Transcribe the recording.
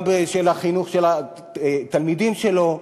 גם בשביל החינוך של התלמידים שלו.